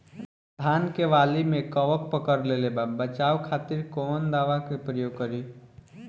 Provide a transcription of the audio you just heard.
धान के वाली में कवक पकड़ लेले बा बचाव खातिर कोवन दावा के प्रयोग करी?